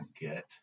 get